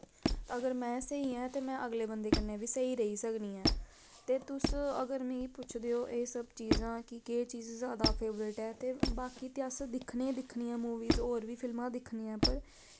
अगर में स्हेई ऐं ते में अगले बंदे कन्नै वी स्हेई रेही सकनी ऐं ते तुस अगर मिगी पुछदे ओ एह् सब चीजां कि केह् चीज जैदा फेवरेट ऐ ते बाकि ते अस दिक्खने दिक्खने ऐ मूवीस होर वी फिलमां दिक्खने ऐं पर